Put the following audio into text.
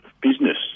business